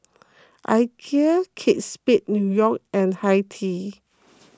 Ikea Kate Spade New York and Hi Tea